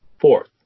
Fourth